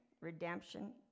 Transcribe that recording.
redemption